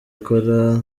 ikora